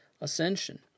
ascension